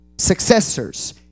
successors